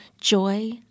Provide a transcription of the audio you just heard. Joy